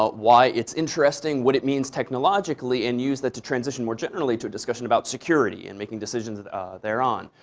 ah why it's interesting, what it means technologically, and use that to transition more generally to a discussion about security and making decisions there on.